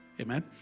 amen